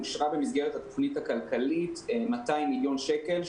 אושרו במסגרת התכנית הכלכלית 200 מיליון שקל,